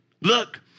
Look